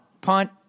punt